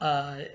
I